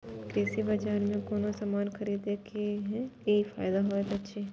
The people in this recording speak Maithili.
कृषि बाजार में कोनो सामान खरीदे के कि फायदा होयत छै?